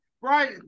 Right